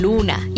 Luna